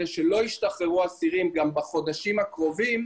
שלא ישתחררו אסירים גם בחודשים הקרובים,